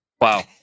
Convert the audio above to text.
Wow